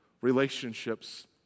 relationships